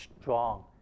strong